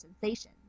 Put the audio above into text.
sensation